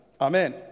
Amen